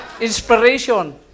Inspiration